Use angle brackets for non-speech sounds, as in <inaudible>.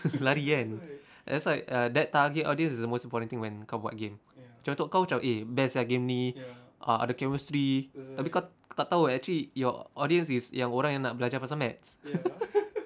lari kan that's why err that target audience is the most important thing when kau buat game macam untuk kau eh best sia game ni ada chemistry tapi kau tak tahu actually your audience is yang orang yang nak belajar pasal math <laughs>